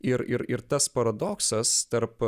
ir ir ir tas paradoksas tarp